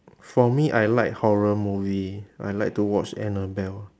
for me I like horror movie I like to watch annabelle